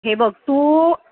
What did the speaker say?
हे बघ तू